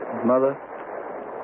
Mother